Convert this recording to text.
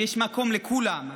ויש מקום לכולם,